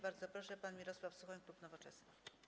Bardzo proszę, pan poseł Mirosław Suchoń, klub Nowoczesna.